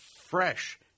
fresh